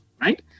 right